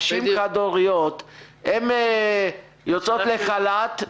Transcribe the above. אימהות חד-הוריות יוצאות לחל"ת.